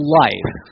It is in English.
life